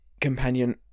companion